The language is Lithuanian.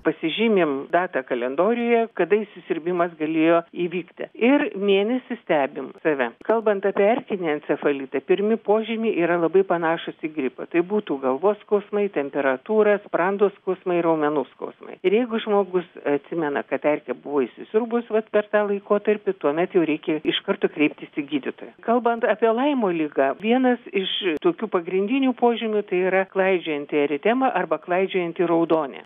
pasižymim datą kalendoriuje kada įsisiurbimas galėjo įvykti ir mėnesį stebim save kalbant apie erkinį encefalitą pirmi požymiai yra labai panašūs į gripą tai būtų galvos skausmai temperatūra sprando skausmai raumenų skausmai ir jeigu žmogus atsimena kad erkė buvo įsisiurbus vat per tą laikotarpį tuomet jau reikia iš karto kreiptis į gydytoją kalbant apie laimo ligą vienas iš tokių pagrindinių požymių tai yra klaidžiojanti eritema arba klaidžiojanti raudonė